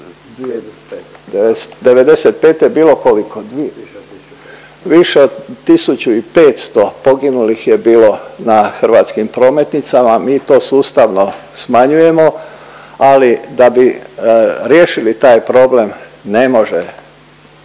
'95. je bilo koliko? Više od 1500 poginulih je bilo na hrvatskim prometnicama, mi to sustavno smanjujemo, ali da bi riješili taj problem, ne može,